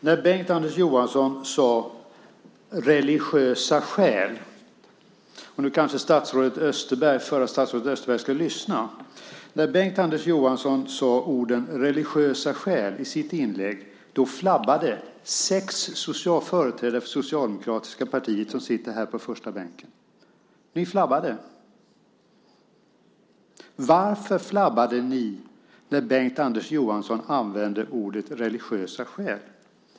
Nu kanske förre statsrådet Österberg ska lyssna. När Bengt-Anders Johansson sade orden "religiösa skäl" i sitt inlägg flabbade sex företrädare för det socialdemokratiska partiet som sitter här på första bänken. Ni flabbade. Varför flabbade ni när Bengt-Anders Johansson använde orden "religiösa skäl"?